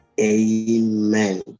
Amen